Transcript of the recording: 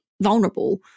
vulnerable